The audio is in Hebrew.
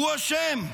הוא אשם.